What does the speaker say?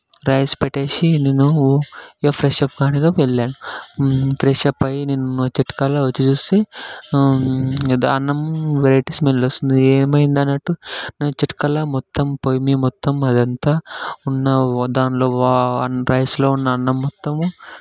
rice పెట్టేసి నేను ఇక ఫ్రెషన్ అప్ కానీకి వెళ్ళాను ఫ్రెషన్ అప్ అయి నేను వచ్చేకల్లా వచ్చి చూస్తే అన్నం వెరైటీ స్మెల్ వస్తోంది ఏమైందనట్టు నేను వచ్చేకల్లా మొత్తం పొయ్యి మీద మొత్తం అదంతా ఉన్న దానిలో రైస్లో ఉన్న అన్నం మొత్తము